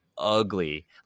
Ugly